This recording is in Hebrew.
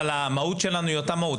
המהות שלנו היא אותה מהות.